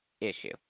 issue